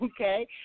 okay